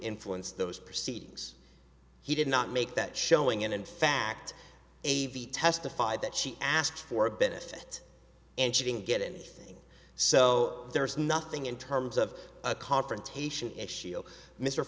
influence those proceedings he did not make that showing and in fact a v testified that she asked for a benefit and she didn't get anything so there is nothing in terms of a confrontation